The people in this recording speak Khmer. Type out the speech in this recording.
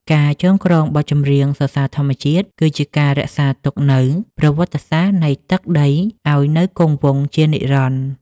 ការចងក្រងបទចម្រៀងសរសើរធម្មជាតិ គឺជាការរក្សាទុកនូវប្រវត្តិសាស្ត្រនៃទឹកដីឱ្យនៅគង់វង្សជានិរន្តរ៍។